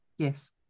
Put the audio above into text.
yes